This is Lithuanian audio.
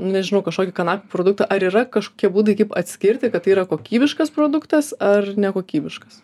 nežinau kažkokį kanapių produktą ar yra kažkokie būdai kaip atskirti kad tai yra kokybiškas produktas ar nekokybiškas